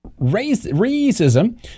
racism